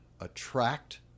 attract